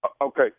Okay